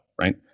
right